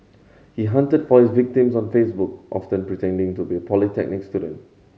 he hunted for victims on Facebook pretending to be polytechnic student